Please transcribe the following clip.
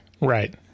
Right